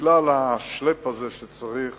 בגלל ה"שלעפ" הזה שצריך